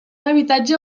habitatge